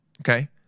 okay